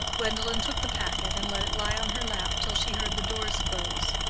gwendolen took the packet and let it lie on her lap till she heard the doors close.